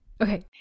Okay